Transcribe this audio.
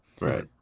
Right